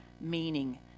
meaning